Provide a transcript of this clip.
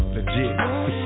Legit